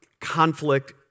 Conflict